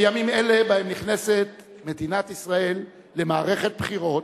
בימים אלה, שבהם נכנסת מדינת ישראל למערכת בחירות,